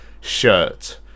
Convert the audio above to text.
shirt